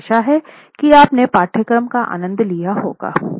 मुझे आशा है कि आप ने पाठ्यक्रम का आनंद लिया होगा